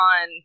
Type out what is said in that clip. on